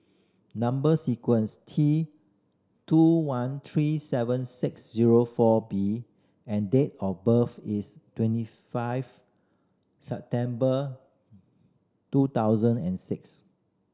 number sequence T two one three seven six zero four B and date of birth is twenty five September two thousand and six